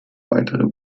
weitere